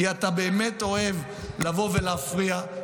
כי אתה באמת אוהב לבוא ולהפריע.